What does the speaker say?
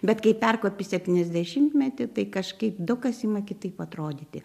bet kai perkopi septyniasdešimtmetį tai kažkaip daug kas ima kitaip atrodyti